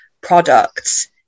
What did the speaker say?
products